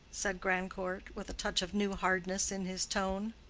said grandcourt, with a touch of new hardness in his tone.